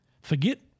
forget